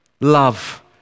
love